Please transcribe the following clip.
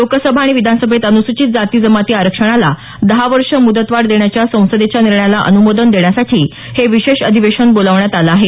लोकसभा आणि विधानसभेत अनुसूचित जाती जमाती आरक्षणाला दहा वर्ष मुदतवाढ देण्याच्या संसदेच्या निर्णयाला अनुमोदन देण्यासाठी हे विशेष अधिवेशन बोलावण्यात आलं आहे